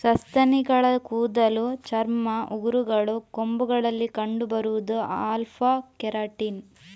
ಸಸ್ತನಿಗಳ ಕೂದಲು, ಚರ್ಮ, ಉಗುರುಗಳು, ಕೊಂಬುಗಳಲ್ಲಿ ಕಂಡು ಬರುದು ಆಲ್ಫಾ ಕೆರಾಟಿನ್